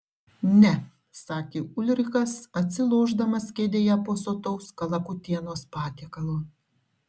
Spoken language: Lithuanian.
ne sakė ulrikas atsilošdamas kėdėje po sotaus kalakutienos patiekalo